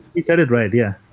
you got it right. yeah